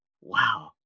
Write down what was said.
wow